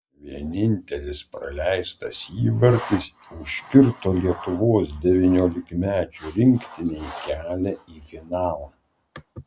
vienintelis praleistas įvartis užkirto lietuvos devyniolikmečių rinktinei kelią į finalą